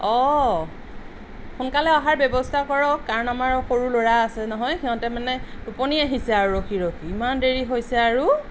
অঁ সোনকালে অহাৰ ব্যৱস্থা কৰক কাৰণ আমাৰ সৰু ল'ৰা আছে নহয় সিহঁতে মানে টোপনি আহিছে আৰু ৰখি ৰখি ইমান দেৰি হৈছে আৰু